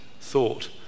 thought